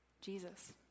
Jesus